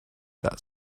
that